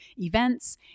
events